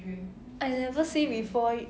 I never see before